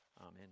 Amen